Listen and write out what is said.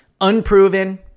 Unproven